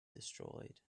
destroyed